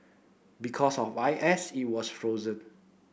because of I S it was frozen